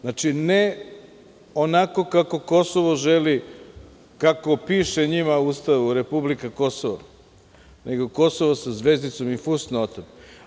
Znači, ne onako kako Kosovo želi, kako piše njima u ustavu republika Kosovo nego Kosovo sa zvezdicom i fusnotom.